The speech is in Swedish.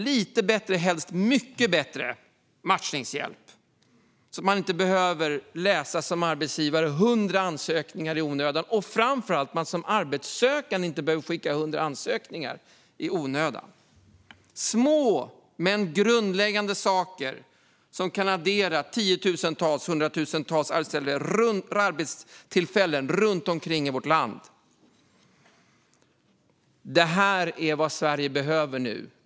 De vill ha lite bättre matchningshjälp, helst mycket bättre, så att man som arbetsgivare inte behöver läsa hundra ansökningar i onödan och framför allt så att man som arbetssökande inte behöver skicka hundra ansökningar i onödan. Det är små men grundläggande saker som kan addera tiotusentals eller hundratusentals arbetstillfällen runt omkring i vårt land. Det här är vad Sverige behöver nu.